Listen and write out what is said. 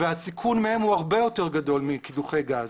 והסיכון מהם הוא הרבה יותר גדול מקידוחי גז.